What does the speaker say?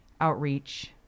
outreach